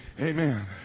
Amen